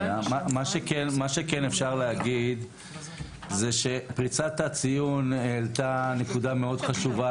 אפשר להגיד שפריצת הציון העלתה נקודה חשובה מאוד,